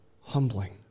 humbling